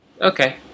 Okay